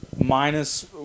minus